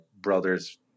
brothers